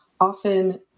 often